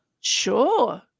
Sure